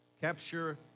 Capture